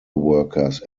workers